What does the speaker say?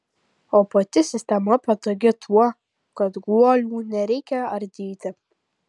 o pati sistema patogi tuo kad guolių nereikia ardyti